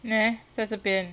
there 在这边